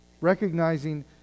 recognizing